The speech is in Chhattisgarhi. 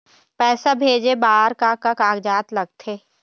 पैसा भेजे बार का का कागजात लगथे?